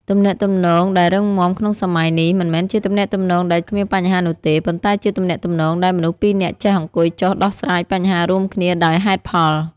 ទំនាក់ទំនងដែលរឹងមាំក្នុងសម័យនេះ មិនមែនជាទំនាក់ទំនងដែលគ្មានបញ្ហានោះទេ ប៉ុន្តែជាទំនាក់ទំនងដែលមនុស្សពីរនាក់ចេះអង្គុយចុះដោះស្រាយបញ្ហារួមគ្នាដោយហេតុផល។